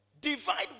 Divide